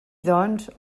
doncs